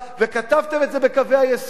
וכתבתם את זה בקווי היסוד,